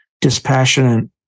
dispassionate